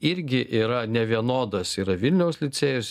irgi yra nevienodas yra vilniaus licėjus